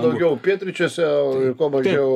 daugiau pietryčiuose ir kuo mažiau